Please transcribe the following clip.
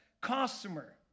customer